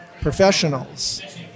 professionals